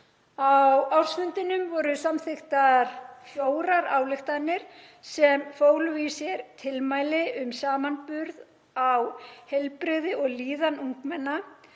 Á ársfundinum voru samþykktar fjórar ályktanir sem fólu í sér tilmæli um samanburð á heilbrigði og líðan ungmenna,